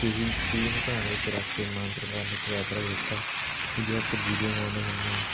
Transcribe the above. ਅਤੇ ਇਹੀ ਚੀਜ਼ ਨੂੰ ਧਿਆਨ ਵਿੱਚ ਰੱਖ ਕੇ ਮਾਨ ਸਰਕਾਰ ਨੇ ਇੱਕ ਫੈਸਲਾ ਲਿੱਤਾ ਵੀ ਜੋ ਆਪਾਂ ਜੀਰੀਆਂ ਉਗਾਉਂਦੇ ਹੁੰਦੇ ਹਾਂ